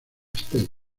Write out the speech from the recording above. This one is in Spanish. state